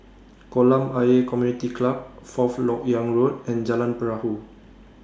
Kolam Ayer Community Club Fourth Lok Yang Road and Jalan Perahu